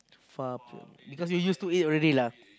far because you used to it already lah